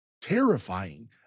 terrifying